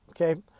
okay